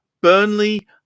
Burnley